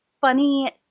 funny